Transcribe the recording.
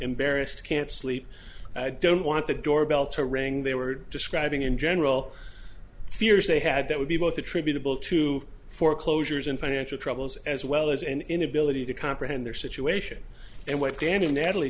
embarrassed can't sleep don't want the doorbell to ring they were describing in general fears they had that would be both attributable to foreclosures and financial troubles as well as an inability to comprehend their situation and what danny natalie